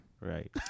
Right